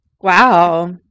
Wow